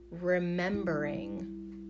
remembering